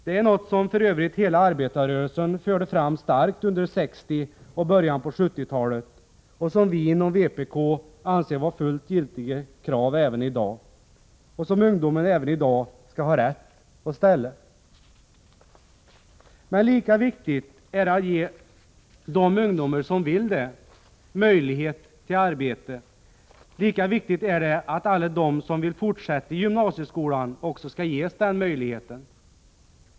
Det är krav som för övrigt hela arbetarrörelsen starkt förde fram under 1960-talet och i början på 1970-talet. Vi inom vpk anser det vara fullt giltiga krav även i dag, som ungdomar skall ha rätt att ställa. Lika viktigt som det är att de ungdomar som vill jobba ges möjlighet till ett arbete är det att alla de som vill fortsätta i gymnasieskolan också får göra det.